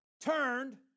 turned